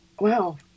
Wow